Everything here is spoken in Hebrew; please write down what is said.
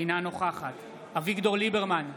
אינה נוכחת אביגדור ליברמן,